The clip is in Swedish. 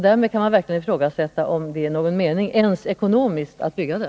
Därmed kan man verkligen ifrågasätta om det är någon mening ens ekonomiskt att bygga det.